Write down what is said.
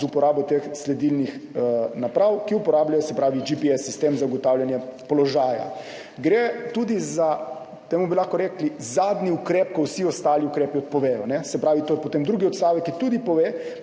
z uporabo teh sledilnih naprav, ki uporabljajo sistem GPS za ugotavljanje položaja. Gre tudi za, lahko bi temu rekli, zadnji ukrep, ko vsi ostali ukrepi odpovedo. Se pravi, to je potem drugi odstavek, ki tudi pove,